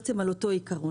למעשה על אותו עיקרון.